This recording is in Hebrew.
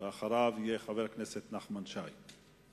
ואחריו, חבר הכנסת נחמן שי.